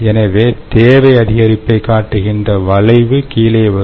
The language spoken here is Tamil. எனவே தேவை அதிகரிப்பை காட்டுகின்ற வளைவு கீழே வரும்